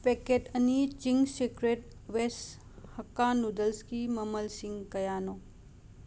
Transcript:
packet ꯑꯅꯤ Ching's secret ꯕꯦꯁ ꯍꯛꯀꯥ ꯅꯨꯗꯜꯁꯀꯤ ꯃꯃꯜꯁꯤꯡ ꯀꯌꯥꯅꯣ